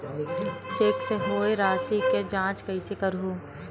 Cheque से होए राशि के जांच कइसे करहु?